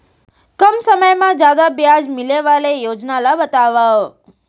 कम समय मा जादा ब्याज मिले वाले योजना ला बतावव